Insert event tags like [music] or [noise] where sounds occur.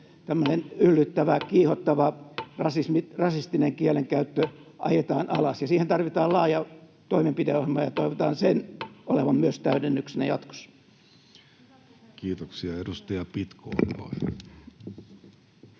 yllyttävä, kiihottava, rasistinen kielenkäyttö ajetaan alas. [noise] Siihen tarvitaan laaja toimenpideohjelma, ja toivotaan sen olevan myös täydennyksenä jatkossa. [Speech 127] Speaker: Jussi Halla-aho